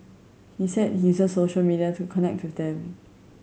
he said he uses social media to connect with them